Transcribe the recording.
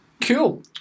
Cool